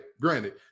granted